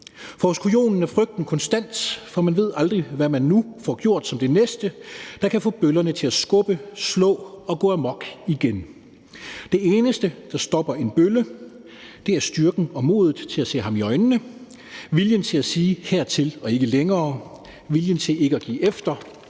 For hos kujonen er frygten konstant, for man ved aldrig, hvad man nu får gjort som det næste, der kan få bøllerne til at skubbe, slå og gå amok igen. Det eneste, der stopper en bølle, er styrken og modet til at se ham i øjnene, viljen til at sige hertil og ikke længere, viljen til ikke at give efter